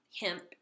hemp